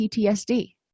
PTSD